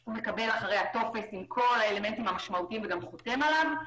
הוא מקבל אחריה טופס עם כל האלמנטים המשמעותיים וגם חותם עליו,